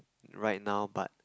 right now but